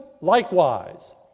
likewise